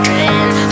Friends